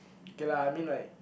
kay lah I mean like